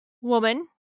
woman